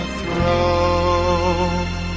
throne